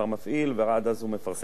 ועד אז הוא מפרסם חוזר.